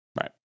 Right